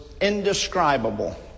indescribable